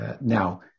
now